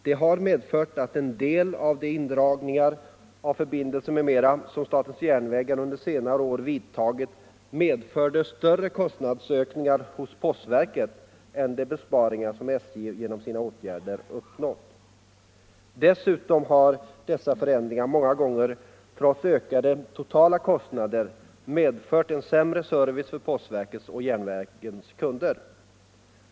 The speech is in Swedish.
Detta har medfört att en del av de indragningar av förbindelser m.m. som statens järnvägar under senare år vidtagit har förorsakat större kostnadsökningar hos postverket än de besparingar som SJ genom sina åtgärder uppnått. Dessutom har dessa förändringar många gånger, trots ökade totala kostnader, medfört sämre service för postverkets och järnvägens kunder.